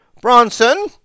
Bronson